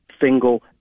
single